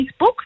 Facebook